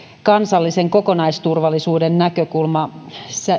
kansallisen kokonaisturvallisuuden näkökulma